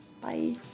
Bye